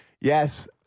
yes